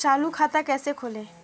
चालू खाता कैसे खोलें?